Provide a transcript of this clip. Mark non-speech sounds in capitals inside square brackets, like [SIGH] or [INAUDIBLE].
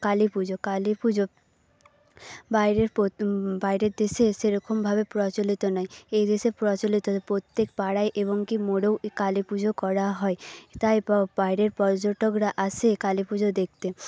কালী পুজো কালী পুজো বাইরের বাইরের দেশে সেরকমভাবে প্রচলিত নেই এই দেশে প্রচলিত [UNINTELLIGIBLE] প্রত্যেক পাড়ায় এবং কি মোড়েও এই কালী পুজো করা হয় তাই বাইরের পর্যটকরা আসে কালী পুজো দেখতে